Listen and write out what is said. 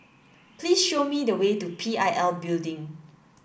please show me the way to P I L Building